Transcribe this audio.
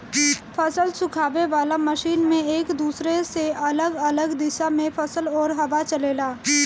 फसल सुखावे वाला मशीन में एक दूसरे से अलग अलग दिशा में फसल और हवा चलेला